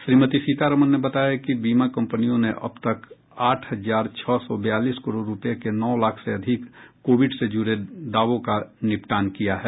श्रीमती सीतारामन ने बताया कि बीमा कंपनियों ने अब तक आठ हजार छह सौ बयालीस करोड़ रूपए के नौ लाख से अधिक कोविड से जुड़े दावों का निपटान किया है